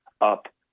up